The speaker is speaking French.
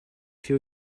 fait